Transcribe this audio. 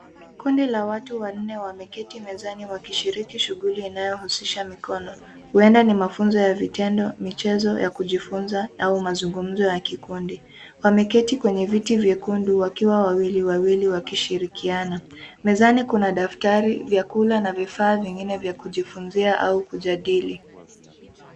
Kundi la watu wanne wameketi mezani wakishiriki shughuli inayohusisha mikono. Huenda ni mafunzo ya vitendo, michezo ya kujifunza au mazungumzo ya kikundi. Wameketi kwenye viti vyekundu wakiwa wawili wawili wakishirikiana. Mezani kuna daftari, vyakula na vifaa vingine vya kujifunzia au kujadili.